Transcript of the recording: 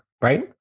right